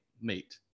meet